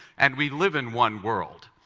and we live in one world.